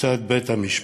מצד בית-המשפט.